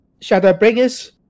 Shadowbringers